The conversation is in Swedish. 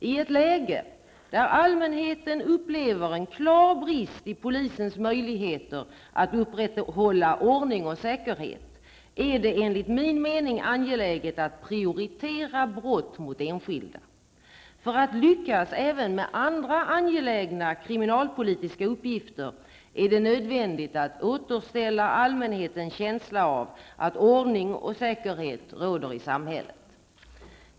I ett läge där allmänheten upplever en klar brist i polisens möjligheter att upprätthålla ordning och säkerhet är det enligt min mening angeläget att prioritera brott mot enskilda. För att lyckas även med andra angelägna kriminalpolitiska uppgifter är det nödvändigt att återställa allmänhetens känsla av att ordning och säkerhet råder i samhället.